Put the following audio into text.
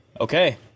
Okay